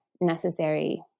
necessary